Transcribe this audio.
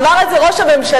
אמר את זה ראש הממשלה.